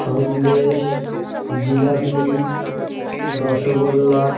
Sandesh jalebi rasgulla